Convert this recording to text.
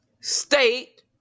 state